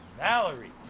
valerie!